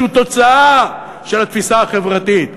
שהוא תוצאה של התפיסה החברתית.